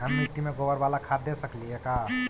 हम मिट्टी में गोबर बाला खाद दे सकली हे का?